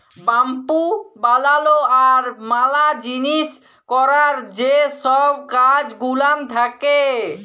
bamboo বালালো আর ম্যালা জিলিস ক্যরার যে ছব কাজ গুলান থ্যাকে